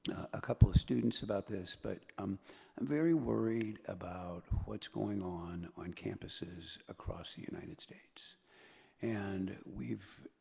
a couple of students about this but i'm very worried about what's going on on campuses across the united states and we've,